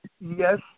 Yes